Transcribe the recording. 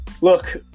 Look